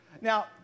Now